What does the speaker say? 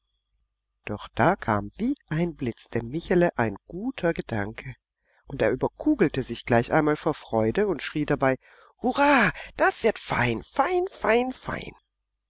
doch da kam wie ein blitz dem michele ein guter gedanke und er überkugelte sich gleich einmal vor freude und schrie dabei hurra das wird fein fein fein